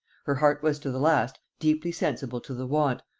her heart was to the last deeply sensible to the want,